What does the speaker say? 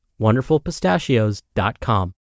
wonderfulpistachios.com